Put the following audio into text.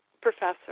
professor